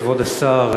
כבוד השר,